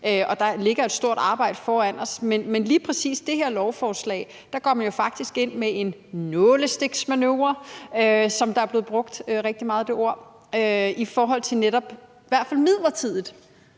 og der ligger et stort arbejde foran os. Men lige præcis med det her lovforslag går man faktisk ind med en nålestiksmanøvre – et ord, der er blevet brugt rigtig meget – i forhold til i hvert fald midlertidigt